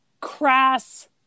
crass